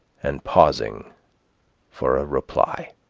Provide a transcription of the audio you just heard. and pausing for a reply.